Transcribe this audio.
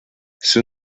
sus